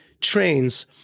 trains